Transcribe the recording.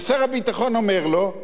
ושר הביטחון אומר לו: